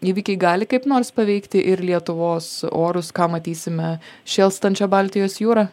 įvykiai gali kaip nors paveikti ir lietuvos orus ką matysime šėlstančia baltijos jūra